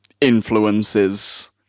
influences